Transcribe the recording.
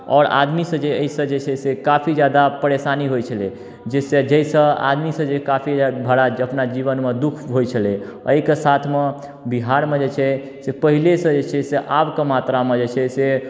आओर आदमीसे जे अइसँ जे छै से काफी जादा परेशानी होइ छलै जैसँ जैसँ आदमीसँ जे काफी जादा भरा अपना जीवनमे दुःख होइ छलै अइके साथमे बिहारमे जे छै से पहिलेसँ जे छै से आबके मात्रामे जे छै से